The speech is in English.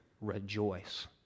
rejoice